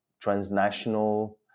transnational